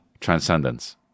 Transcendence